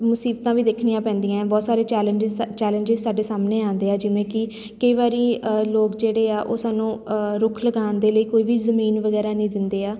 ਮੁਸੀਬਤਾਂ ਵੀ ਦੇਖਣੀਆਂ ਪੈਂਦੀਆਂ ਹੈ ਬਹੁਤ ਸਾਰੇ ਚੈਲੇਂਜਿਜ਼ ਚੈਲੇਂਜਿਜ਼ ਸਾਡੇ ਸਾਹਮਣੇ ਆਉਂਦੇ ਆ ਜਿਵੇਂ ਕਿ ਕਈ ਵਾਰੀ ਅ ਲੋਕ ਜਿਹੜੇ ਆ ਉਹ ਸਾਨੂੰ ਅ ਰੁੱਖ ਲਗਾਉਣ ਦੇ ਲਈ ਕੋਈ ਵੀ ਜਮੀਨ ਵਗੈਰਾ ਨਹੀਂ ਦਿੰਦੇ ਆ